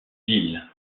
ville